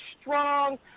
strong